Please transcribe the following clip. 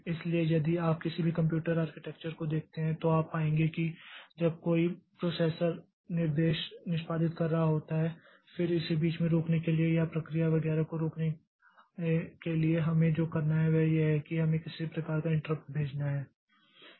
इसलिए यदि आप किसी भी कंप्यूटर आर्किटेक्चर को देखते हैं तो आप पाएंगे कि जब कोई प्रोसेसर निर्देश निष्पादित कर रहा होता है फिर इसे बीच में रोकने के लिए या प्रक्रिया वगैरह को रोकने के लिए हमें जो करना है वह यह है कि हमें किसी प्रकार का इंट्रप्ट भेजना है